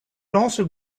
also